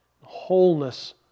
wholeness